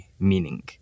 meaning